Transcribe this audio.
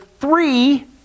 three